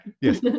yes